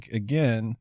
again